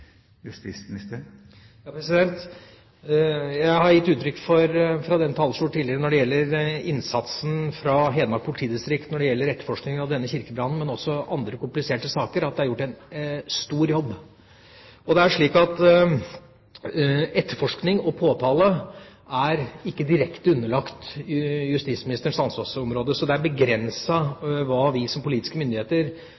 Jeg har fra denne talerstol tidligere gitt uttrykk for at når det gjelder innsatsen fra Hedmark politidistrikt i etterforskningen av denne kirkebrannen, men også av andre kompliserte saker, er det gjort en stor jobb. Etterforskning og påtale er ikke direkte underlagt justisministerens ansvarsområde, så det er